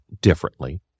differently